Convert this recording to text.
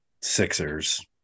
Sixers